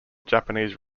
japanese